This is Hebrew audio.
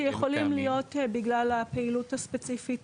-- שיכולים להיות בגלל הפעילות הספציפית